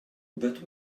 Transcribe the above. but